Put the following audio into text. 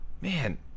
man